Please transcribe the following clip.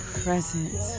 present